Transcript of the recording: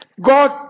God